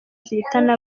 zihitana